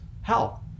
health